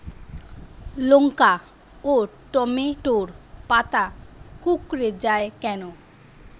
লঙ্কা ও টমেটোর পাতা কুঁকড়ে য়ায় কেন?